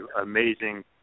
amazing